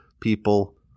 people